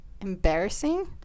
embarrassing